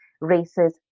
races